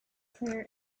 clear